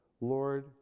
Lord